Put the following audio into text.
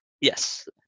Yes